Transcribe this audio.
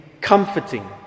comforting